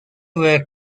were